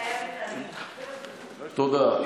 מתחייבת אני תודה.